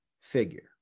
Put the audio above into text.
figure